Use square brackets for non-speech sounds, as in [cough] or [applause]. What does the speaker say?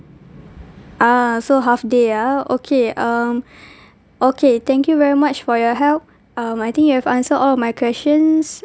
ah so half day ah okay um [breath] okay thank you very much for your help I think you have answer all of my questions